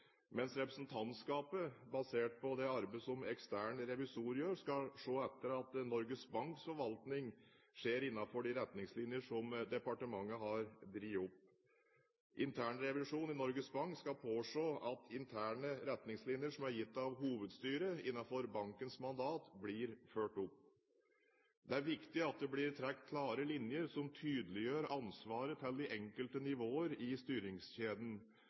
mens representantskapet, basert på det arbeidet som ekstern revisor gjør, skal se etter at Norges Banks forvaltning skjer innenfor de retningslinjer som departementet har trukket opp. Internrevisjon i Norges Bank skal påse at interne retningslinjer som er gitt av hovedstyret innenfor bankens mandat, blir fulgt opp. Det er viktig at det blir trukket klare linjer som tydeliggjør ansvaret til de enkelte nivåer i styringskjeden.